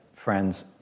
Friends